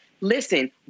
listen